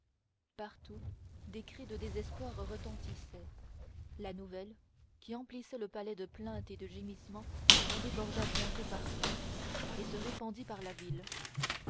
partout des cris de désespoir retentissaient la nouvelle qui emplissait le palais de plaintes et de gémissements en déborda bientôt partout et se répandit par la ville